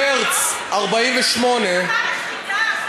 מחר השביתה.